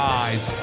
eyes